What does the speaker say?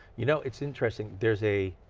you know, it's interesting. there's a,